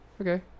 Okay